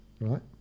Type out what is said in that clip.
Right